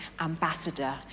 ambassador